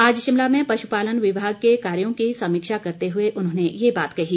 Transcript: आज शिमला में पशुपालन विभाग के कार्यों की समीक्षा करते हुए उन्होंने ये बात कही